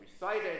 recited